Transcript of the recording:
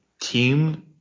team